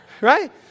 Right